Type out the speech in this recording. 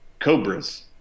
Cobras